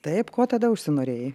taip ko tada užsinorėjai